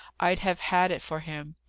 i'd have had it for him.